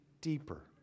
deeper